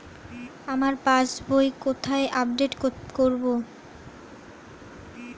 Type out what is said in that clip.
আমার passbook কোথায় update করব?